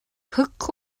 hook